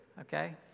Okay